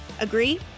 Agree